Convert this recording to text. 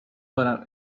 کنم